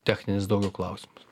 techninis daugiau klausimas